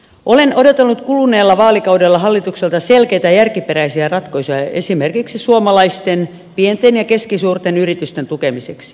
olen odotellut kuluneella vaalikaudella hallitukselta selkeitä järkiperäisiä ratkaisuja esimerkiksi suomalaisten pienten ja keskisuurten yritysten tukemiseksi